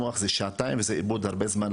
אתן דוגמה.